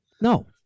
No